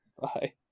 Bye